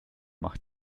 mach